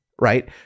Right